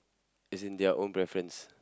as in their own preference